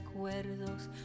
recuerdos